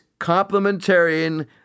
complementarian